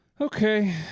Okay